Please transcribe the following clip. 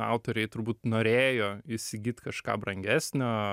autoriai turbūt norėjo įsigyt kažką brangesnio